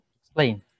Explain